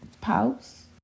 Pause